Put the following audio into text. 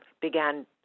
began